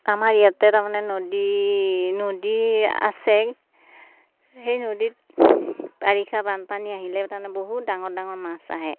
আমাৰ ইয়াতে তাৰমানে নদী নদী আছে সেই নদীত বাৰিষা বানপানী আহিলে তাৰমানে বহু ডাঙৰ ডাঙৰ মাছ আহে